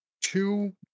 two